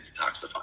detoxify